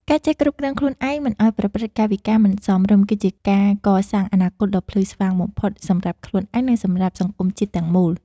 ការចេះគ្រប់គ្រងខ្លួនឯងមិនឱ្យប្រព្រឹត្តកាយវិការមិនសមរម្យគឺជាការកសាងអនាគតដ៏ភ្លឺស្វាងបំផុតសម្រាប់ខ្លួនឯង និង សម្រាប់សង្គមជាតិទាំងមូល។